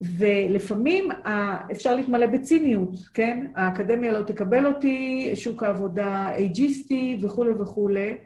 ולפעמים אפשר להתמלא בציניות, כן? האקדמיה לא תקבל אותי, שוק העבודה אייג'יסטי וכולי וכולי.